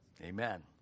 Amen